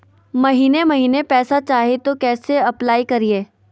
महीने महीने पैसा चाही, तो कैसे अप्लाई करिए?